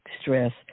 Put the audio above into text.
stress